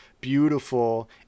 beautiful